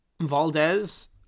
Valdez